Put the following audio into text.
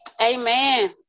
Amen